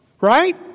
Right